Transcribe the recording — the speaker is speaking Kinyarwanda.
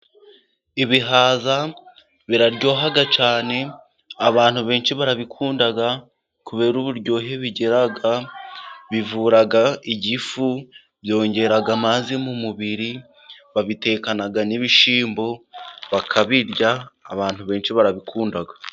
Ibihaza biraryoha cyane abantu benshi barabikunda, kubera uburyohe bigira bivura igifu, byongera amazi mu mubiri, babitekana n'ibishimbo, bakabirya abantu benshi barabikundaga.